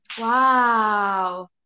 Wow